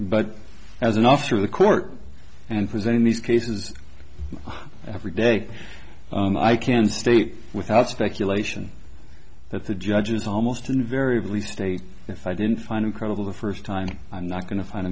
but as an officer of the court and present in these cases every day i can state without speculation that the judge is almost invariably state if i didn't find it credible the first time i'm not going to find